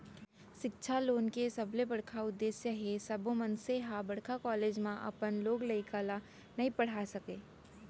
सिक्छा लोन के सबले बड़का उद्देस हे सब्बो मनसे ह बड़का कॉलेज म अपन लोग लइका ल नइ पड़हा सकय